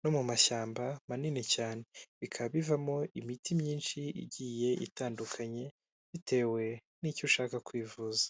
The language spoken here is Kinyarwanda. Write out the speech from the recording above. no mu mashyamba manini cyane, bikaba bivamo imiti myinshi igiye itandukanye bitewe n'icyo ushaka kwivuza.